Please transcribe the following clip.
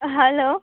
hello